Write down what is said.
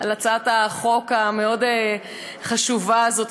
על הצעת החוק המאוד-חשובה הזאת,